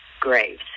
graves